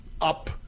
up